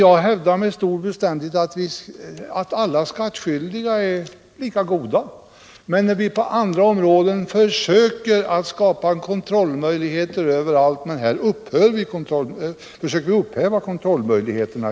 Jag hävdar med stor bestämdhet att alla skattskyldiga är lika goda. Men på andra områden försöker vi skapa komroli möjligheter, medan vi här i stället försöker upphäva sådana.